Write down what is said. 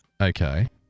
Okay